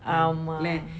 ஆமா:ama